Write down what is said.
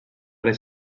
les